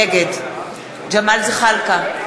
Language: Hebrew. נגד ג'מאל זחאלקה,